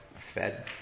fed